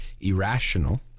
irrational